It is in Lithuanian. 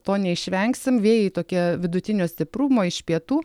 to neišvengsim vėjai tokie vidutinio stiprumo iš pietų